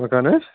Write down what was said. مکان حظ